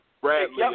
Bradley